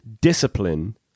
discipline